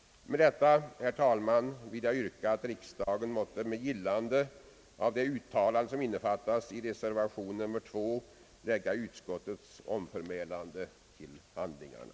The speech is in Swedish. Med detta, herr talman, vill jag yrka att riksdagen måtte, med gillande av det uttalande som innefattas i reservation nr 2, lägga utskottets omförmälan till handlingarna.